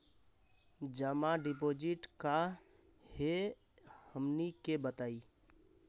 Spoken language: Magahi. जमा डिपोजिट का हे हमनी के बताई?